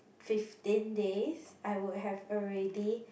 fifteen days I would have already